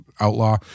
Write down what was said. outlaw